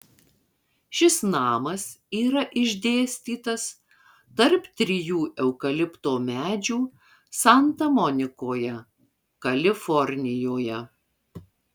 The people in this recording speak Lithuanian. šis namas yra išdėstytas tarp trijų eukalipto medžių santa monikoje kalifornijoje